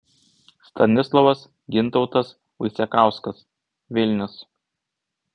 stanislovas gintautas vaicekauskas vilnius